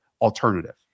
alternative